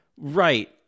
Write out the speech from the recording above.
Right